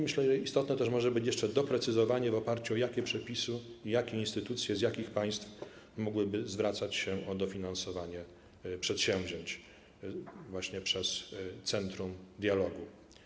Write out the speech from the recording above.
Myślę, że istotne może być też doprecyzowanie, w oparciu o jakie przepisy, jakie instytucje i z jakich państw mogłyby zwracać się o dofinansowanie przedsięwzięć właśnie przez centrum dialogu.